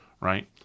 Right